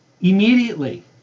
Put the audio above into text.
Immediately